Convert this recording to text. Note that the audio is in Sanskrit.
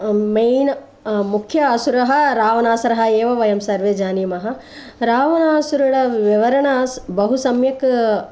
मेय्न् मुख्य असुरः रावणासुरः एव वयं सर्वे जानीमः रावणासुरविवरणं बहु सम्यक्